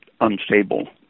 unstable